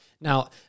Now